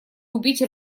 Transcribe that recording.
убить